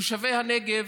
תושבי הנגב,